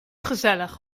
gezellig